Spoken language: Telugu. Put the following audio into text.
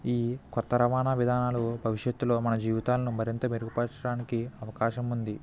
ఈ కొత్త రవాణా విధానాలు భవిష్యత్తులో మన జీవితాలను మరింత పెరుగుపరచడానికి అవకాశం ఉంది